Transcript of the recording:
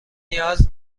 نیاز